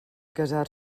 casar